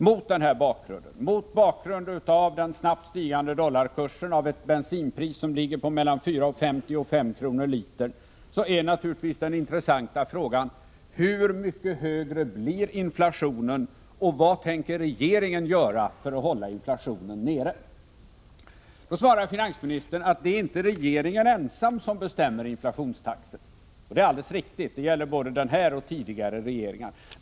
Mot den bakgrunden, mot bakgrund av snabbt stigande dollarkurs och ett bensinpris som ligger mellan 4:50 kr. och 5 kr. per liter, är naturligtvis den intressanta frågan: Hur mycket högre blir inflationen, och vad tänker regeringen göra för att hålla inflationen nere? Då svarar finansministern att det inte är regeringen ensam som bestämmer inflationstakten. Det är alldeles riktigt, och det gäller både den här och tidigare regeringar.